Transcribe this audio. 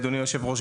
אדוני היושב-ראש,